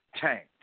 Tanked